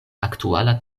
aktuala